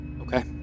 Okay